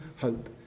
hope